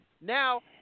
Now